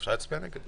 אפשר להצביע נגד.